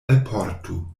alportu